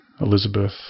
Elizabeth